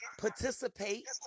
participate